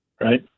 right